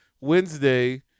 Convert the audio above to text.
Wednesday